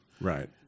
right